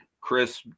Chris